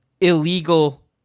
illegal